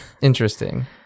interesting